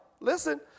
listen